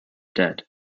dead